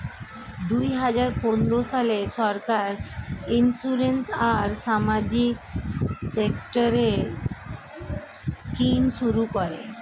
দুই হাজার পনেরো সালে সরকার ইন্সিওরেন্স আর সামাজিক সেক্টরের স্কিম শুরু করে